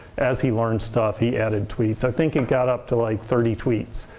as he learned stuff, he added tweets. i think it got up to like thirty tweets.